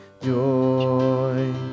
joy